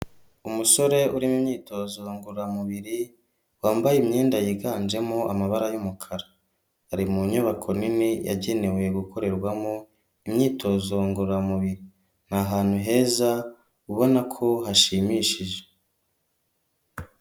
Umusore urimo imyitozo ngororamubiri, wambaye imyenda yiganjemo amabara y'umukara, ari mu nyubako nini yagenewe gukorerwamo imyitozo ngororamubiri, ahantu heza ubona ko hashimishije.